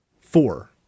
Four